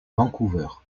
vancouver